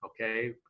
okay